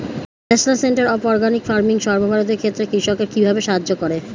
National centre of organic farming সর্বভারতীয় ক্ষেত্রে কৃষকদের কিভাবে সাহায্য করে?